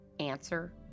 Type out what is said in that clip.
answer